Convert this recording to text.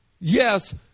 yes